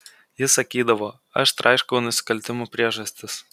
jis sakydavo aš traiškau nusikaltimų priežastis